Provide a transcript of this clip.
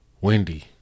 Wendy